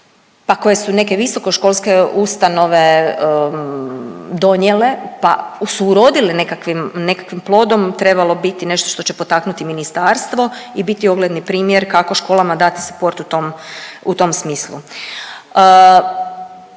pa koje su neke visoko školske ustanove donijele, pa su urodile nekakvim plodom trebalo biti nešto što će potaknuti ministarstvo i biti ogledni primjer kako školama dati suport u tom smislu.